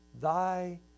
thy